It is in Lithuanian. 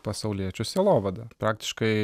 pasauliečių sielovada praktiškai